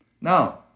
now